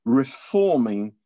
reforming